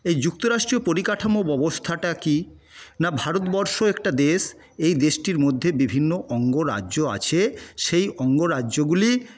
এই যুক্তরাষ্ট্রীয় পরিকাঠামো ব্যবস্থাটা কি না ভারতবর্ষ একটা দেশ এই দেশটির মধ্যে বিভিন্ন অঙ্গরাজ্য আছে সেই অঙ্গরাজ্যগুলি